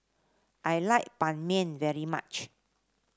I like Ban Mian very much